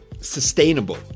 sustainable